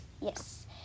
yes